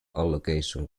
allocation